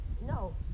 no